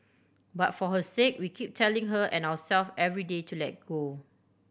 but for her sake we keep telling her and ourselves every day to let go